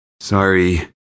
Sorry